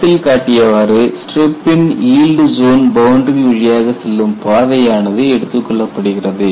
படத்தில் காட்டியவாறு ஸ்ட்ரிப்பின் ஈல்டு ஜோன் பவுண்டரி வழியாக செல்லும் பாதை ஆனது எடுத்துக்கொள்ளப்படுகிறது